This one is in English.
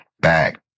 back